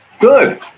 Good